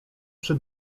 przy